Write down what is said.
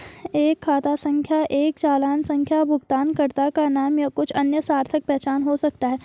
एक खाता संख्या एक चालान संख्या भुगतानकर्ता का नाम या कुछ अन्य सार्थक पहचान हो सकता है